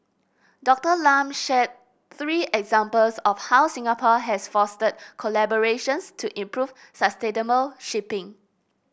Doctor Lam shared three examples of how Singapore has fostered collaborations to improve sustainable shipping